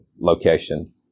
location